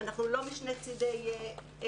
אנחנו לא משני צדי המתרס,